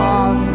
on